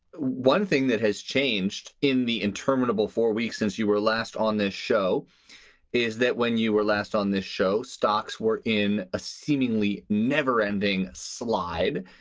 one thing that has changed in the interminable four weeks since you were last on this show is that when you were last on this show, stocks were in a seemingly never ending slide.